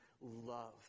love